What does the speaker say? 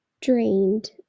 drained